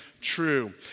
true